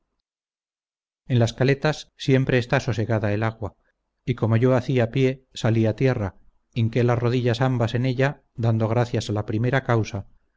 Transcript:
en las caletas siempre está sosegada el agua y como yo hacía pie salí a tierra hinqué las rodillas ambas en ella dando gracias a la primera causa